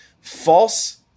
False